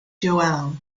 joel